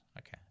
Okay